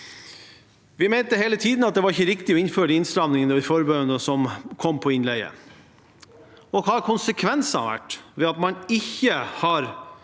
Vi mente hele tiden at det ikke var riktig å innføre innstrammingene og forbudene som kom på innleie. Hva har konsekvensene vært av at man ikke har